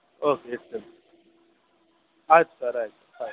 okay ಇಡ್ತೇನೆ ಆಯಿತು sir ಆಯಿತು ಆಯಿತು